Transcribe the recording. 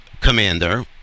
commander